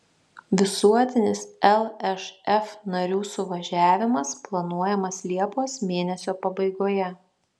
visuotinis lšf narių suvažiavimas planuojamas liepos mėnesio pabaigoje